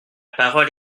parole